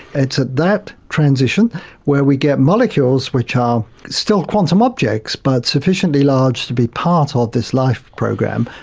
it's at that transition where we get molecules which are still quantum objects but sufficiently large to be part of this life program,